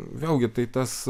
vėlgi tai tas